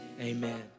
amen